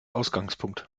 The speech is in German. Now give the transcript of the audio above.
ausgangspunkt